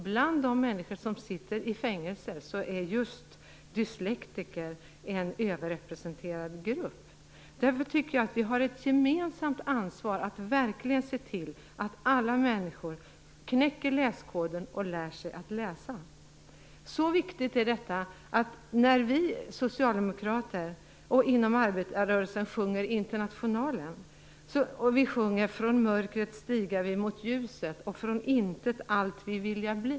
Bland de människor som sitter i fängelse är just dyslektikerna en överrepresenterad grupp. Därför tycker jag att vi har ett gemensamt ansvar att verkligen se till att alla människor knäcker läskoden och lär sig att läsa, som är så viktigt. Vi socialdemokrater, vi inom arbetarrörelsen, sjunger Internationalen och texten "från mörkret stiga vi mot ljuset" och "från intet allt vi vilja bli".